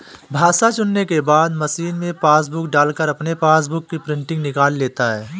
भाषा चुनने के बाद मशीन में पासबुक डालकर अपने पासबुक की प्रिंटिंग निकाल लेता है